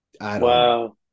Wow